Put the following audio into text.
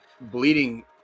bleeding